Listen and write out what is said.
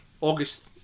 August